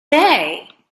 day